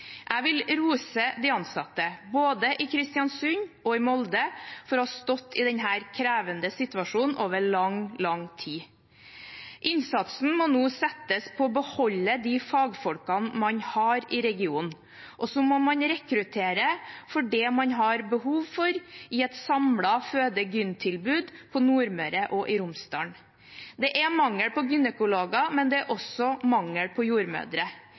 Jeg vil rose de ansatte, både i Kristiansund og i Molde, for å ha stått i denne krevende situasjonen over lang, lang tid. Innsatsen må nå settes inn på å beholde de fagfolkene man har i regionen, og så må man rekruttere for det man har behov for i et samlet føde-/gyn-tilbud på Nordmøre og i Romsdal. Det er mangel på gynekologer, men det er også mangel på jordmødre.